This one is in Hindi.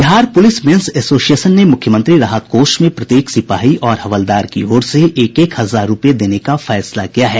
बिहार पुलिस मेंस एसोसिएशन ने मुख्यमंत्री राहत कोष में प्रत्येक सिपाही और हवलदार की ओर से एक एक हजार रूपये देने का फैसला किया है